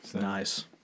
Nice